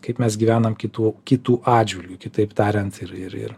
kaip mes gyvenam kitų kitų atžvilgiu kitaip tariant ir ir ir